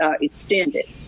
extended